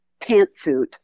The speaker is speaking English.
pantsuit